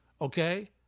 okay